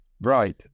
Right